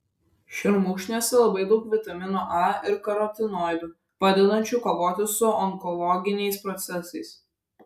šermukšniuose labai daug vitamino a ir karotinoidų padedančių kovoti su onkologiniais procesais